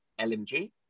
LMG